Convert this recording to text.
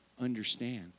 understand